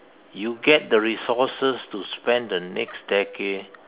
you get the resources to spend the next decade